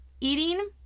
eating